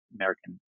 American